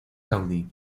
saudí